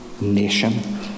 nation